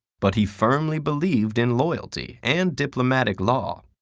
but he firmly believed in loyalty and diplomatic law.